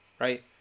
right